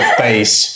face